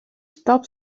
stop